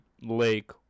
lake